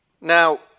Now